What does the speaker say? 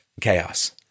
Chaos